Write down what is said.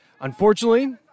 Unfortunately